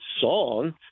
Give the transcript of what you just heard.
song